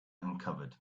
uncovered